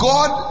God